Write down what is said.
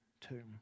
tomb